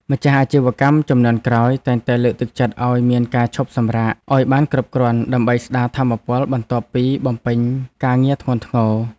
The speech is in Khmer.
ម្ចាស់អាជីវកម្មជំនាន់ក្រោយតែងតែលើកទឹកចិត្តឱ្យមានការឈប់សម្រាកឱ្យបានគ្រប់គ្រាន់ដើម្បីស្តារថាមពលបន្ទាប់ពីបំពេញការងារធ្ងន់ធ្ងរ។